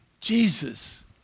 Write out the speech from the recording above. Jesus